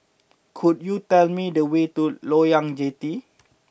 could you tell me the way to Loyang Jetty